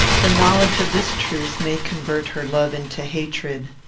the knowledge of this truth may convert her love into hatred.